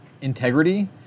integrity